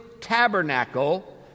tabernacle